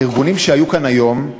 הארגונים שהיו כאן היום,